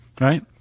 Right